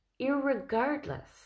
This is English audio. irregardless